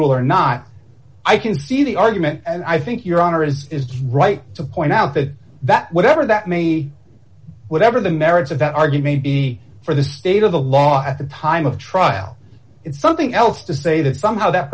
rule or not i can see the argument and i think your honor is right to point out that that whatever that may be whatever the merits of that argue may be for the state of the law at the time of trial it's something else to say that somehow that